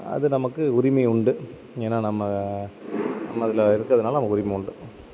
அது நமக்கு உரிமை உண்டு ஏன்னால் நம்ம நம்ம இதில் இருக்கறதுனால் நமக்கு உரிமை உண்டு